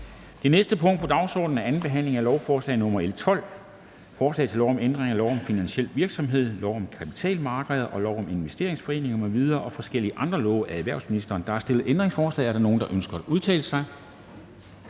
Det næste punkt på dagsordenen er: 4) 2. behandling af lovforslag nr. L 12: Forslag til lov om ændring af lov om finansiel virksomhed, lov om kapitalmarkeder, lov om investeringsforeninger m.v. og forskellige andre love. (Supplering af taksonomiforordningen og ny model for